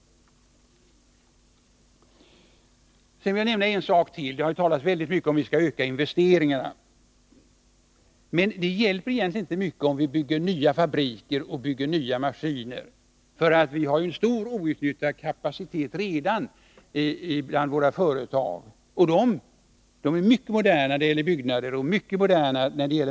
Sedan vill jag nämna en sak till. Det har talats väldigt mycket om att vi skall öka investeringarna. Men det hjälper egentligen inte mycket att vi bygger nya fabriker och nya maskiner, för våra företag har redan en stor outnyttjad kapacitet. Byggnaderna och maskinerna är mycket moderna.